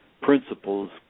principles